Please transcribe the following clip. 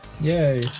Yay